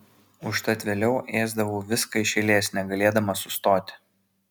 užtat vėliau ėsdavau viską iš eilės negalėdama sustoti